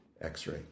x-ray